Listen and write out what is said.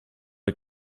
der